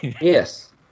Yes